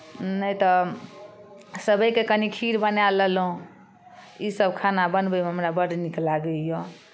नहि तऽ सेवइके कनि खीर बना लेलहुँ ईसभ खाना बनबैमे हमरा बड्ड नीक लागैए